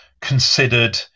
considered